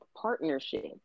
partnership